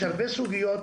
יש הרבה סוגיות,